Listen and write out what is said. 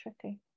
Tricky